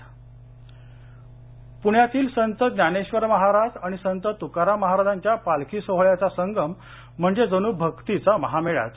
पालखी पुण्यातील संत ज्ञानेश्वर महाराज व संत तुकाराम महाराजांच्या पालखी सोहळ्याचा संगम म्हणजे जणू भक्तीचा महामेळाच